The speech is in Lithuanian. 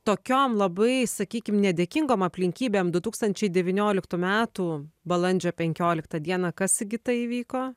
tokiam labai sakykim nedėkingom aplinkybėm du tūkstančiai devynioliktų metų balandžio penkioliktą dieną kas sigita įvyko